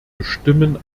bestimmen